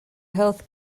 health